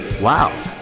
Wow